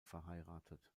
verheiratet